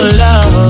love